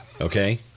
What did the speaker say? Okay